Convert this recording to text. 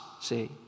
see